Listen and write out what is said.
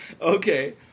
Okay